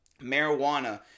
marijuana